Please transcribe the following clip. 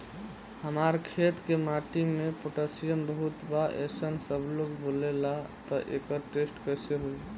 हमार खेत के माटी मे पोटासियम बहुत बा ऐसन सबलोग बोलेला त एकर टेस्ट कैसे होई?